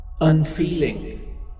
unfeeling